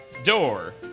door